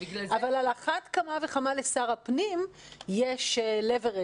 אבל על אחת כמה וכמה לשר הפנים יש סמכות